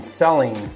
selling